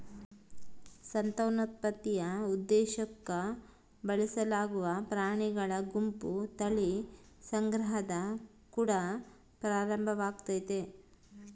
ಸಂತಾನೋತ್ಪತ್ತಿಯ ಉದ್ದೇಶುಕ್ಕ ಬಳಸಲಾಗುವ ಪ್ರಾಣಿಗಳ ಗುಂಪು ತಳಿ ಸಂಗ್ರಹದ ಕುಡ ಪ್ರಾರಂಭವಾಗ್ತತೆ